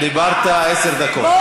דיברת עשר דקות,